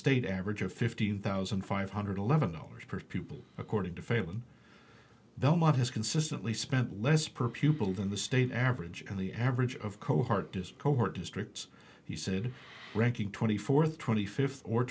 state average of fifteen thousand five hundred eleven dollars per pupil according to failon belmont has consistently spent less per pupil than the state average and the average of cohort is cohort districts he said ranking twenty fourth twenty fifth or